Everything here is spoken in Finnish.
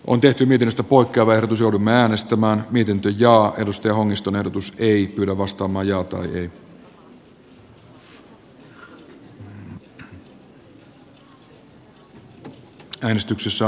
on tehty viidestä puotia verotusudumme äänestämään miten teija edusti hongiston ehdotus ei yllä kannatan esitystä